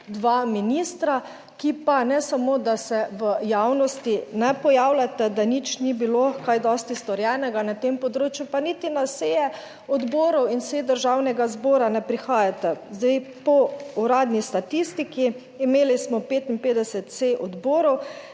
dva ministra, ki pa ne samo, da se v javnosti ne pojavljate, da nič ni bilo kaj dosti storjenega na tem področju pa niti na seje odborov in sej Državnega zbora ne prihajate. Zdaj po uradni statistiki, imeli smo 55 sej odborov.